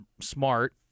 smart